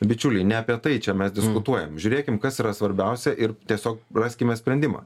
bičiuli ne apie tai čia mes diskutuojam žiūrėkim kas yra svarbiausia ir tiesiog raskime sprendimą